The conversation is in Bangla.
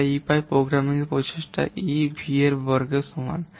আমরা E পাই প্রোগ্রামিংয়ের প্রচেষ্টা E V বর্গের সাথে সমান